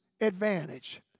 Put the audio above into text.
advantage